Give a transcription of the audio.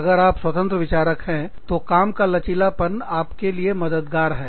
अगर आप स्वतंत्र विचारक हैं तो काम का लचीलापन आपके लिए मददगार है